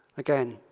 again,